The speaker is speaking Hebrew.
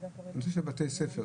נושא של בתי ספר,